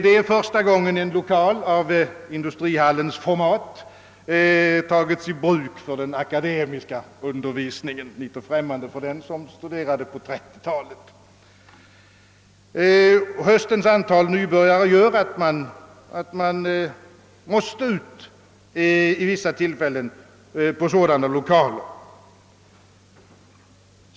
Det är första gången en lokal av industrihallens format tagits i bruk för den akademiska undervisningen, något som ter sig litet främmande för den som studerade på 1930-talet. Höstens antal nybörjare gör, att man vid vissa tillfällen måste utnyttja sådana lokaler.